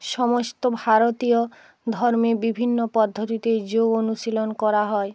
সমস্ত ভারতীয় ধর্মে বিভিন্ন পদ্ধতিতে যোগ অনুশীলন করা হয়